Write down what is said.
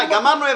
גמרנו.